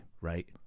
right